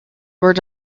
burned